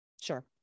Sure